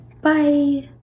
Bye